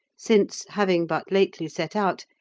since, having but lately set out,